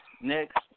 Next